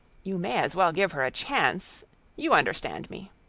you may as well give her a chance you understand me.